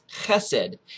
Chesed